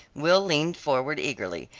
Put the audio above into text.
will leaned forward eagerly.